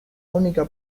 única